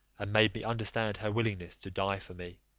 and made me understand her willingness to die for me